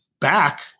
back